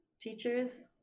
teachers